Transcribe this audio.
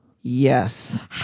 Yes